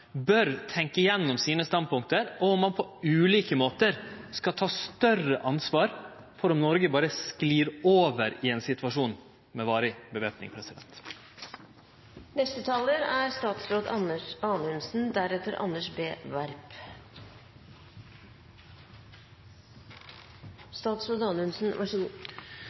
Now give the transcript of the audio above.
bør tenkje gjennom sine standpunkt og om ein på ulike måtar skal ta større ansvar for om Noreg berre sklir over i ein situasjon med varig væpning. Jeg vil først vise til den redegjørelsen jeg holdt 2. juni og høringen om denne saken i november. Men så